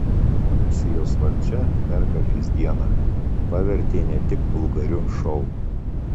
rusijos valdžia pergalės dieną pavertė ne tik vulgariu šou